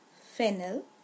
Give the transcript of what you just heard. fennel